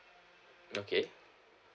okay